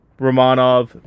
Romanov